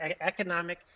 economic